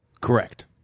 Correct